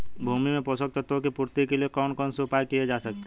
भूमि में पोषक तत्वों की पूर्ति के लिए कौन कौन से उपाय किए जा सकते हैं?